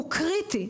הוא קריטי.